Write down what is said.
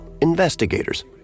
Investigators